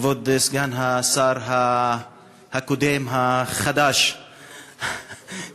כבוד סגן השר הקודם-החדש